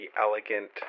elegant